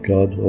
God